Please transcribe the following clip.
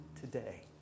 today